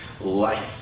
life